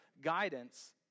guidance